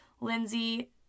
Lindsay